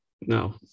No